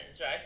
right